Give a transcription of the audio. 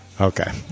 Okay